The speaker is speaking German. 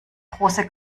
große